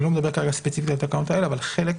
לא מדבר ספציפית על התקנות האלה אבל חלק